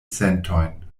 sentojn